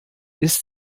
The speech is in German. ist